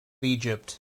egypt